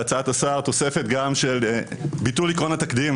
בהצעת השר תוספת גם של ביטול עיקרון התקדים